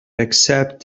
accept